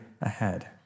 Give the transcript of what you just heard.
ahead